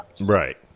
right